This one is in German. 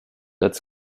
als